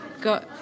got